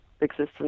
existence